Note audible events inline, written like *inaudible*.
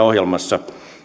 *unintelligible* ohjelmassa